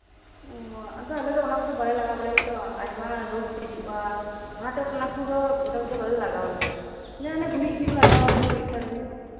ᱳ ᱟᱞᱮᱫᱚ ᱚᱱᱟᱠᱚᱫᱚ ᱵᱟᱞᱮ ᱞᱟᱜᱟᱣ ᱵᱟᱲᱟᱭ ᱜᱮᱭᱟᱛᱚ ᱟᱭᱢᱟ ᱨᱚᱜ ᱦᱤᱡᱩᱜᱼᱟ ᱚᱱᱟᱛᱮ ᱵᱚᱞᱮ ᱚᱱᱟᱠᱩᱫᱚ ᱯᱨᱚᱰᱟᱠᱴ ᱠᱚ ᱫᱚ ᱵᱟᱞᱮ ᱞᱟᱜᱟᱣ ᱜᱮᱭᱟ ᱦᱮᱸ ᱚᱱᱮ ᱜᱩᱨᱤᱡ ᱜᱮᱞᱮ ᱞᱟᱜᱟᱣᱟᱞᱮ ᱜᱩᱨᱤᱡ ᱥᱟᱨᱜᱤ